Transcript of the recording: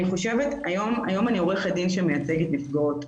היום אני עורכת דין שמייצגת נפגעות.